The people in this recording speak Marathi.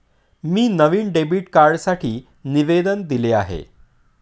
मी नवीन डेबिट कार्डसाठी निवेदन दिले आहे